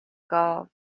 گاو